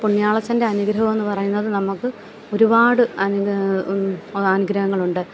പുണ്യാളച്ചൻ്റെ അനുഗ്രഹമെന്നു പറയുന്നത് നമുക്ക് ഒരുപാട് അനുഗ്രഹം അനുഗ്രഹങ്ങളുണ്ട്